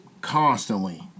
constantly